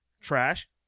trash